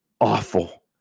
Awful